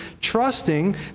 trusting